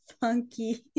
funky